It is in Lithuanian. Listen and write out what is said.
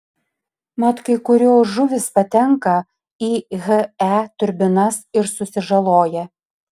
mat kai kurios žuvys patenka į he turbinas ir susižaloja